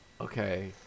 okay